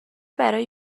برای